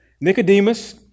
Nicodemus